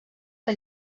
que